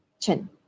Chen